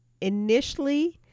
initially